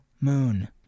moon